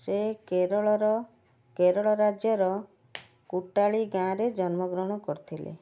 ସେ କେରଳର କେରଳ ରାଜ୍ୟର କୁଟାଳି ଗାଁ ରେ ଜନ୍ମଗ୍ରହଣ କରିଥିଲେ